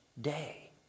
day